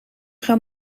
gaan